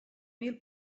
mil